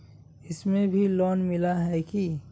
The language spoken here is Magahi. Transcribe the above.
इसमें भी लोन मिला है की